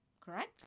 correct